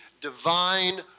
divine